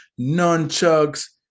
nunchucks